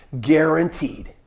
guaranteed